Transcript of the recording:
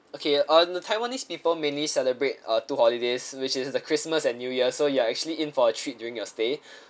okay uh the taiwanese people mainly celebrate uh two holidays which is the christmas and new year so you are actually in for a treat during your stay